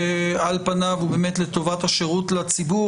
על פניו הוא באמת לטובת השירות לציבור,